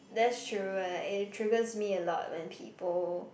that's true and it triggers me a lot when people